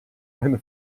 eine